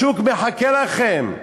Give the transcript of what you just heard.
השוק מחכה לכם.